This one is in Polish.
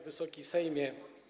Wysoki Sejmie!